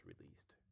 released